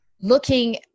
looking